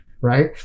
right